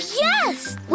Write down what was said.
yes